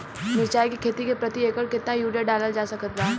मिरचाई के खेती मे प्रति एकड़ केतना यूरिया डालल जा सकत बा?